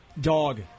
Dog